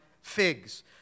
figs